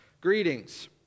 greetings